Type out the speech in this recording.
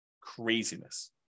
Craziness